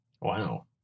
Wow